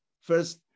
first